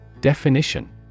Definition